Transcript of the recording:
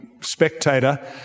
spectator